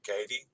Katie